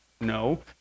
No